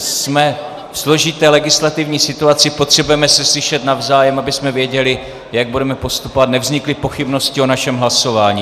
Jsme ve složité legislativní situaci, potřebujeme se slyšet navzájem, abychom věděli, jak budeme postupovat, a nevznikly pochybnosti o našem hlasování.